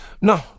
No